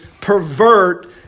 pervert